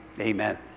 amen